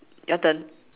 your turn